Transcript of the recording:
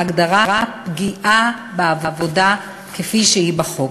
בהגדרת פגיעה בעבודה כפי שהיא בחוק.